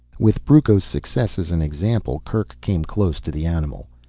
with brucco's success as an example, kerk came close to the animal.